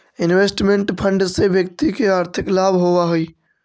investment fund से व्यक्ति के आर्थिक लाभ होवऽ हई